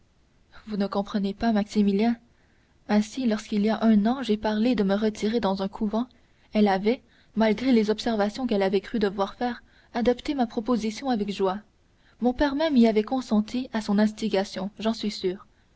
vous ne me comprenez pas maximilien ainsi lorsqu'il y a un an j'ai parlé de me retirer dans un couvent elle avait malgré les observations qu'elle avait cru devoir faire adopté ma proposition avec joie mon père même y avait consenti à son instigation j'en suis sûre